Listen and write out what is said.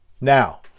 now